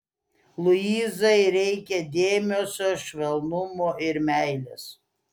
luizai reikia dėmesio švelnumo ir meilės